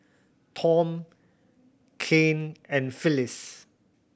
Tom Caryn and Phylis